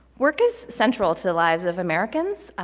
work is central to the lives of americans.